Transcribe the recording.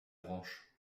branche